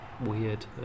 weird